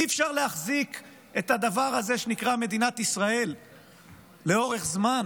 אי-אפשר להחזיק את הדבר הזה שנקרא מדינת ישראל לאורך זמן